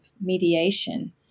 mediation